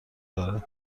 دارد